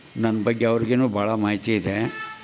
ನನ್ನ ಬಗ್ಗೆ ಅವ್ರಿಗೂ ಭಾಳ ಮಾಹಿತಿ ಇದೆ